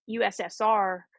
USSR